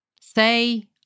say